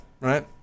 right